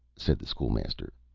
said the school-master.